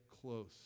close